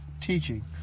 teaching